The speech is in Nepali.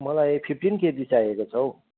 मलाई फिप्टिन केजी चाहिएको छ हौ